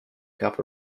cup